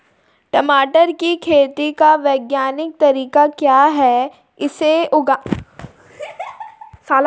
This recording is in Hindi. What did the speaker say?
टमाटर की खेती का वैज्ञानिक तरीका क्या है इसे उगाने की क्या विधियाँ हैं?